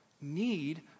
need